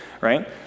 right